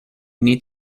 need